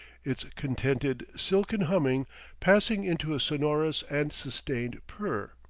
its contented, silken humming passing into a sonorous and sustained purr.